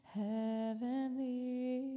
heavenly